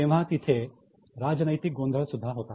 तेव्हा तिथे राजनैतिक गोंधळ सुद्धा होता